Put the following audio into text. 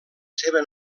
seva